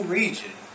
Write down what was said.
region